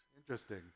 Interesting